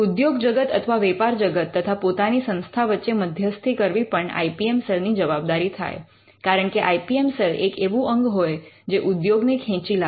ઉદ્યોગ જગત અથવા વેપાર જગત તથા પોતાની સંસ્થા વચ્ચે મધ્યસ્થી કરવી પણ આઇ પી એમ સેલ ની જવાબદારી થાય કારણકે આઇ પી એમ સેલ એક એવું અંગ હોય જે ઉદ્યોગને ખેંચી લાવે